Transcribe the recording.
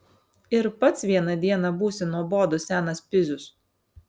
ir pats vieną dieną būsi nuobodus senas pizius